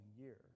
year